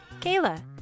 Kayla